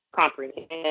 Comprehend